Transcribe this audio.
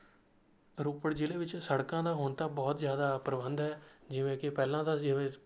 ਰੋਪੜ ਜ਼ਿਲ੍ਹੇ ਵਿੱਚ ਸੜਕਾਂ ਦਾ ਹੁਣ ਤਾਂ ਬਹੁਤ ਜ਼ਿਆਦਾ ਪ੍ਰਬੰਧ ਹੈ ਜਿਵੇਂ ਕਿ ਪਹਿਲਾਂ ਤਾਂ ਜਿਵੇਂ